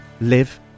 live